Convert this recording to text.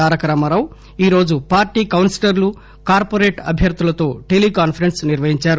తారక రామారావు ఈరోజు పార్లీ కొన్సిలర్లు కార్పొరేట్ అభ్యర్దులతో టెలీ కాన్ప రెస్స్ నిర్వహించారు